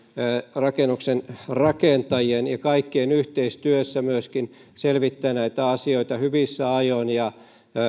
rakennuksen rakentajien ja kaikkien tulee yhteistyössä myöskin selvittää näitä asioita hyvissä ajoin ja